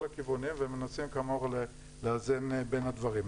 הכיוונים ומנסים כאמור לאזן בין הדברים.